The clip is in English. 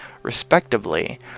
respectively